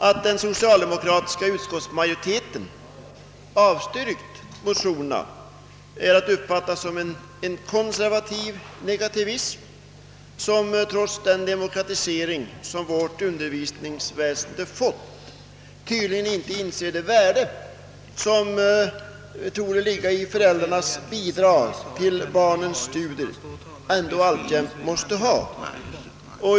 Att den socialdemokratiska utskottsmajoriteten avstyrkt motionerna är att uppfatta som en konservativ negativism, som trots den demokratisering vårt undervisningsväsende fått tydligen inte inser det värde som ligger i föräldrarnas bidrag till barnens studier.